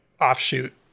offshoot